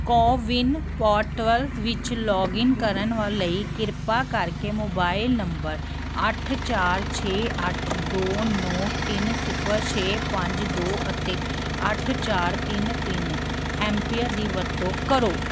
CoWIN portal ਵਿੱਚ login ਕਰਨ ਲਈ ਕਿਰਪਾ ਕਰਕੇ ਮੋਬਾਈਲ ਨੰਬਰ ਅੱਠ ਚਾਰ ਛੇ ਅੱਠ ਦੋ ਨੌਂ ਤਿੰਨ ਸਿਫ਼ਰ ਛੇ ਪੰਜ ਦੋ ਅਤੇ ਅੱਠ ਚਾਰ ਤਿੰਨ ਤਿੰਨ ਐੱਮ ਪੀਅਰ ਦੀ ਵਰਤੋਂ ਕਰੋ